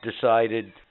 decided